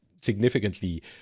significantly